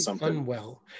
unwell